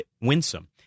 winsome